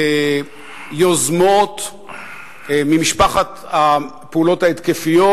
יוזמות ממשפחת הפעולות ההתקפיות,